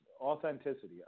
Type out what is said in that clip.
authenticity